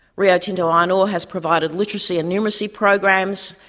rio tinto iron ore has provided literacy and numeracy programs,